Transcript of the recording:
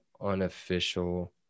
unofficial